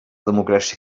democràcia